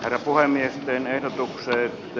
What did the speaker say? varapuhemiesten ehdotukseen e